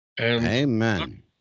Amen